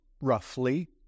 roughly